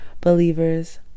believers